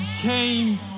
came